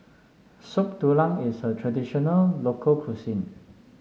Soup Tulang is a traditional local cuisine